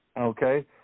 Okay